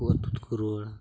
ᱟᱠᱚ ᱟᱹᱛᱩ ᱛᱮᱠᱚ ᱨᱩᱣᱟᱹᱲᱟ